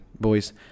boys